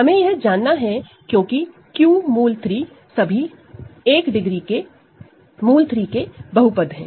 हमें यह जानना है क्योंकि Q √3 सभी 1 डिग्री के √3 के पॉलीनॉमिनल है